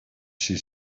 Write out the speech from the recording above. she